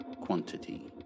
quantity